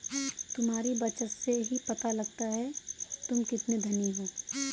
तुम्हारी बचत से ही पता लगता है तुम कितने धनी हो